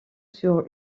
sur